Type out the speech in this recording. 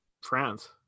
France